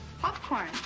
Popcorn